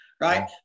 right